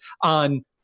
on